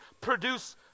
produce